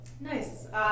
Nice